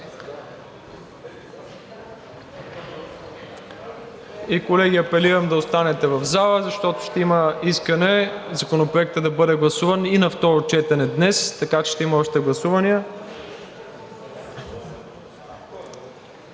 и, колеги, апелирам да останете в зала, защото ще има искане Законопроектът да бъде гласуван и на второ четен днес, така че ще има още гласувания.